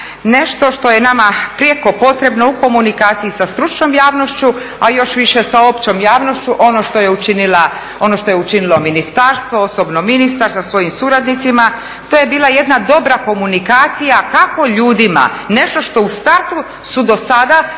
nešto što je nama prijeko potrebno u komunikaciji sa stručnom javnošću, a još više sa općom javnošću, ono što je učinilo ministarstvo, osobno ministar sa svojim suradnicima. To je bila jedna dobra komunikacija kako ljudima nešto što u startu su do sada